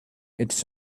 it’s